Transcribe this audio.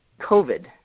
COVID